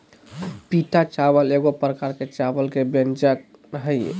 पीटा चावल एगो प्रकार के चावल के व्यंजन हइ